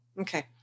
Okay